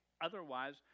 otherwise